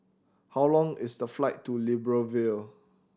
how long is the flight to Libreville